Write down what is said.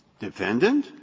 defendant,